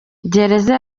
gereza